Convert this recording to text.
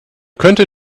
könnte